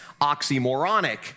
oxymoronic